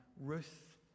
Ruth